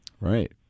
Right